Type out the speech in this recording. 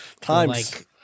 Times